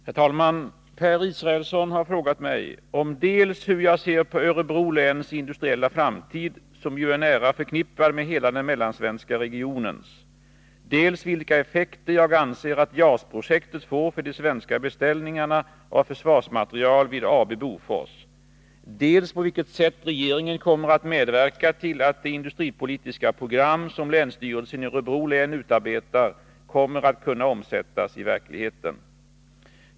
Herr talman! Per Israelsson har frågat mig om dels hur jag ser på Örebro läns industriella framtid som ju är nära förknippad med hela den mellansvenska regionens, dels vilka effekter jag anser att JAS-projektet får för de svenska beställningarna av försvarsmateriel vid AB Bofors, dels på vilket sätt regeringen kommer att medverka till att det industripolitiska program som länsstyrelsen i Örebro län utarbetar kommer att kunna omsättas i verkligheten.